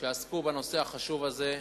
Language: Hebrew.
שעסקו בנושא החשוב הזה,